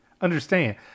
understand